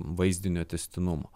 vaizdinio tęstinumo